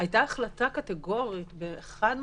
היתה החלטה קטגורית חד-משמעית,